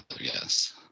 yes